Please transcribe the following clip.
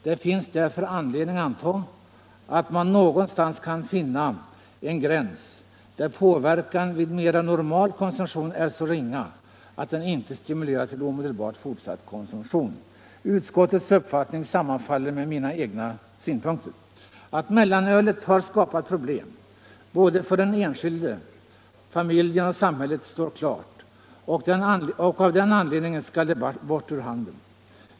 Det finns därför anledning anta att man någonstans kan finna en gräns där påverkan vid mera normal konsumtion är så ringa att den inte stimulerar till omedlbart fortsatt konsumtion.” Utskottets uppfattning sammanfaller med mina egna synpunkter. Att mellanölet har skapat problem både för den enskilda familjen och för samhället står klart, och av den anledningen skall det bort ur handeln.